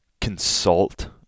consult